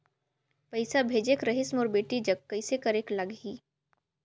पइसा भेजेक रहिस मोर बेटी जग कइसे करेके लगही?